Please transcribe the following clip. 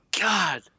God